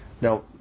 Now